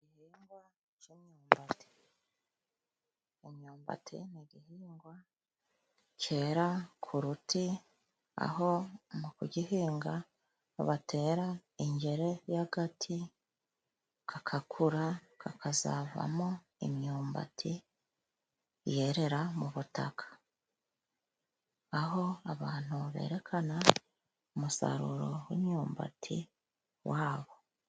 Igihingwa cy'imyumbati, imyumbati ni igihingwa cyera ku ruti aho mu kugihinga batera ingeri y'agati kagakura, kakazavamo imyumbati yerera mu butaka. Aho abantu berekana umusaruro w'imyumbati wabo.